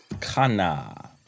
Kana